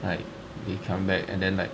like they come back and then like